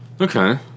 okay